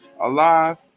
alive